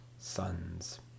sons